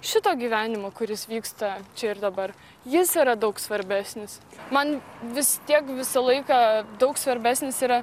šito gyvenimo kuris vyksta čia ir dabar jis yra daug svarbesnis man vis tiek visą laiką daug svarbesnis yra